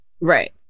Right